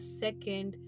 second